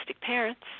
parents